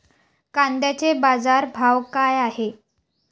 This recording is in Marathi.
कांद्याचे बाजार भाव का हाये?